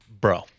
bro